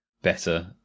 better